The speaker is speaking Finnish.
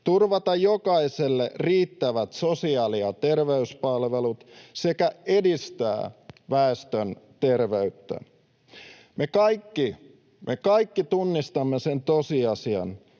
turvata jokaiselle riittävät sosiaali- ja terveyspalvelut sekä edistää väestön terveyttä. Me kaikki — me kaikki — tunnistamme sen tosiasian,